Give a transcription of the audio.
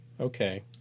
Okay